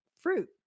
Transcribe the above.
fruit